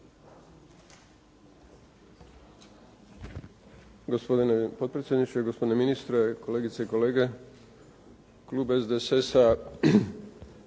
Hvala vam